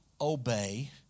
obey